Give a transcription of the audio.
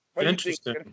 Interesting